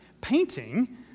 painting